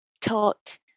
taught